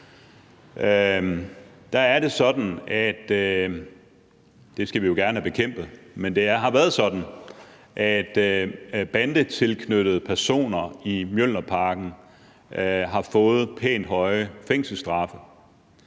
været sådan, at bandetilknyttede personer i Mjølnerparken har fået pænt høje fængselsstraffe.